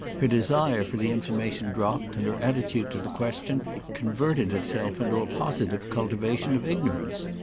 her desire for the information dropped and her attitude to the question converted itself into a positive cultivation of ignorance.